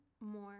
more